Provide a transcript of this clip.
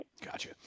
Gotcha